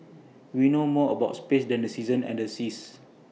we know more about space than the seasons and the seas